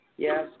Yes